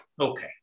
okay